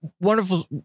wonderful